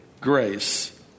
grace